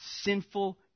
sinful